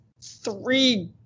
three